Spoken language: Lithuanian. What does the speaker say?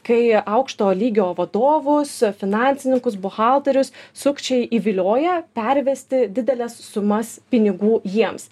kai aukšto lygio vadovus finansininkus buhalterius sukčiai įvilioja pervesti dideles sumas pinigų jiems